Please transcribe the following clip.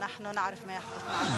אין לכם בדיחות יותר מצחיקות?